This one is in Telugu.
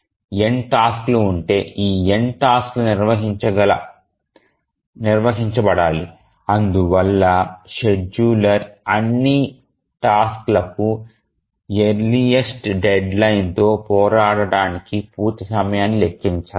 N టాస్క్లు ఉంటే ఈ n టాస్క్లు నిర్వహించబడాలి అందువల్ల షెడ్యూలర్ అన్ని టాస్క్ లకు ఎఅర్లీస్ట్ డెడ్లైన్ తో పోరాడటానికి పూర్తి సమయాన్ని లెక్కించాలి